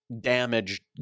damaged